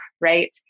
right